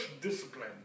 discipline